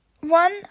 one